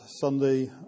Sunday